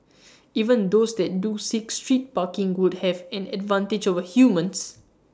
even those that do seek street parking would have an advantage over humans